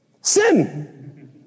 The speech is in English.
sin